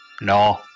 No